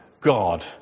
God